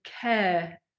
care